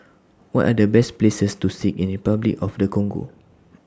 What Are The Best Places to See in Repuclic of The Congo